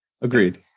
Agreed